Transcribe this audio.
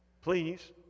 please